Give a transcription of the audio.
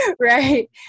Right